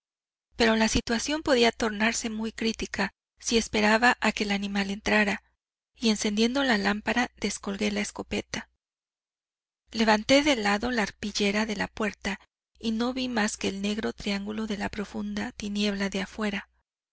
pero la situación podía tornarse muy crítica si esperaba a que el animal entrara y encendiendo la lámpara descolgué la escopeta levanté de lado la arpillera de la puerta y no vi más que el negro triángulo de la profunda tiniebla de afuera